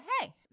hey